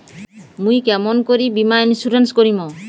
মুই কেমন করি বীমা ইন্সুরেন্স করিম?